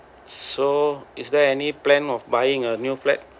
so is there any plan of buying a new flat